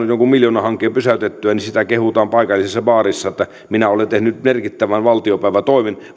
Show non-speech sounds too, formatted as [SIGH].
[UNINTELLIGIBLE] jonkun miljoonahankkeen pysäytettyä niin sitä kehutaan paikallisessa baarissa että minä olen tehnyt merkittävän